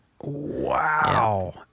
Wow